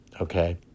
okay